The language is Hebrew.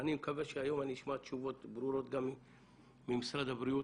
אני מקווה שהיום אני אשמע תשובות ברורות גם ממשרד הבריאות,